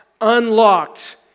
unlocked